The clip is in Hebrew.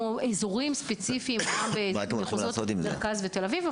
אזורים ספציפיים במחוזות מרכז ותל-אביב.